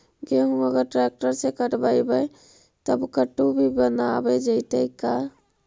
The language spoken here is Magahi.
गेहूं अगर ट्रैक्टर से कटबइबै तब कटु भी बनाबे जितै का?